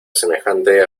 semejante